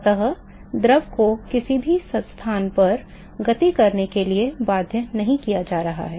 अत द्रव को किसी भी स्थान पर गति करने के लिए बाध्य नहीं किया जा रहा है